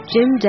Jim